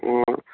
ও